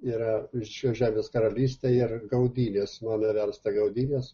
yra šios žemės karalystė ir gaudynės mano versta gaudynės